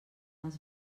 els